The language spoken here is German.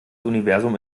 universum